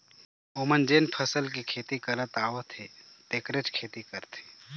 ओमन जेन फसल के खेती करत आवत हे तेखरेच खेती करथे